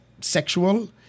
sexual